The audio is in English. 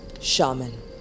shaman